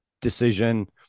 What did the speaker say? decision